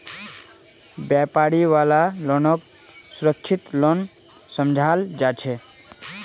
व्यापारी वाला लोनक सुरक्षित लोन समझाल जा छे